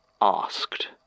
asked